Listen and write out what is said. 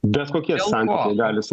bet kokie santykiai gali subraškėti